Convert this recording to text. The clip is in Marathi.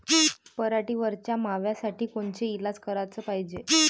पराटीवरच्या माव्यासाठी कोनचे इलाज कराच पायजे?